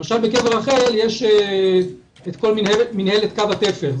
בקבר רחל למשל יש את מנהלת קו התפר,